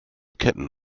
ketten